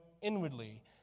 inwardly